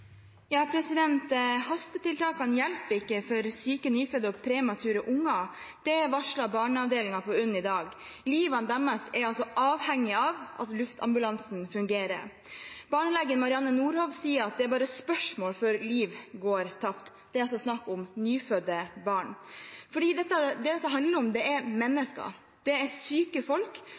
Hastetiltakene hjelper ikke for syke nyfødte og premature unger. Det varslet barneavdelingen på UNN i dag. Livet deres er altså avhengig av at luftambulansen fungerer. Barnelege Marianne Nordhov sier at det bare er spørsmål om tid før liv går tapt. Det er snakk om nyfødte barn. Det dette handler om, er mennesker. Det er syke folk